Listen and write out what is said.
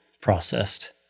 processed